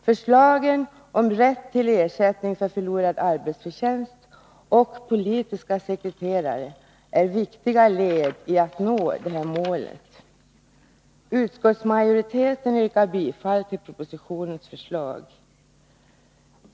Förslagen om rätt till ersättning för förlorad arbetsförtjänst samt politiska sekreterare är viktiga led i att nå detta mål.